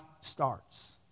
starts